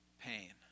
pain